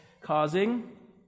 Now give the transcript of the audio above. causing